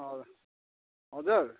हजुर हजुर